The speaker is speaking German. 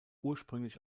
ursprünglich